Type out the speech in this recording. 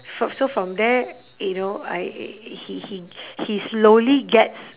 far so from there you know I he he he slowly gets